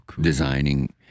designing